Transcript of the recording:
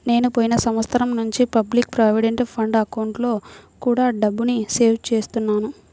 నేను పోయిన సంవత్సరం నుంచి పబ్లిక్ ప్రావిడెంట్ ఫండ్ అకౌంట్లో కూడా డబ్బుని సేవ్ చేస్తున్నాను